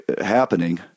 happening